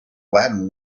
latin